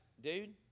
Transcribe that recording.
dude